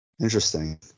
Interesting